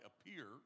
appear